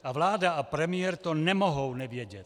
A vláda a premiér to nemohou nevědět.